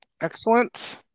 excellent